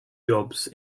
jobs